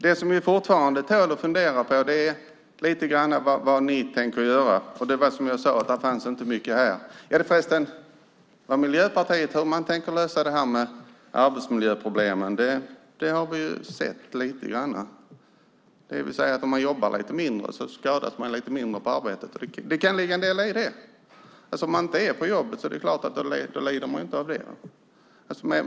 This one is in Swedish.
Det som fortfarande tål att fundera på är vad ni tänker göra. Som jag sade fanns det inte mycket. Fast hur Miljöpartiet tänker lösa detta med arbetsmiljöproblemen har vi ju sett lite grann - alltså att om man jobbar lite mindre så skadas man mindre på arbetet. Det kan ligga en del i det. Om man inte är på jobbet lider man inte av det.